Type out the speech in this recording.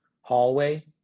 hallway